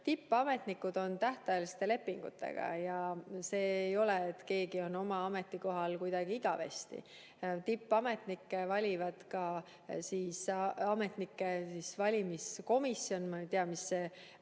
tippametnikud on tähtajaliste lepingutega ja ei ole nii, et keegi on oma ametikohal kuidagi igavesti. Tippametnikke valib ka ametnike valimise komisjon – ma ei tea, mis selle